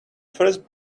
first